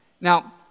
Now